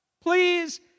Please